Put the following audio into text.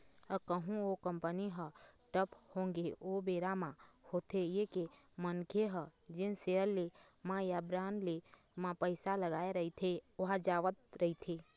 अउ कहूँ ओ कंपनी ह ठप होगे ओ बेरा म होथे ये के मनखे ह जेन सेयर ले म या बांड ले म पइसा लगाय रहिथे ओहा जावत रहिथे